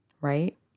right